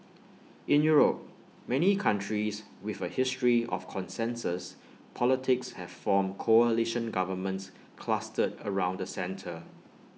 in Europe many countries with A history of consensus politics have formed coalition governments clustered around the centre